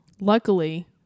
Luckily